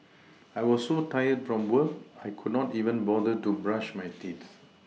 I was so tired from work I could not even bother to brush my teeth